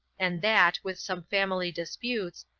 and that, with some family disputes,